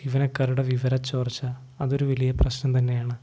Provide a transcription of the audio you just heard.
ജീവനക്കാരുടെ വിവര ചോർച്ച അതൊരു വലിയ പ്രശ്നം തന്നെയാണ്